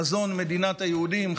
חזון מדינת היהודים,